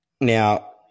Now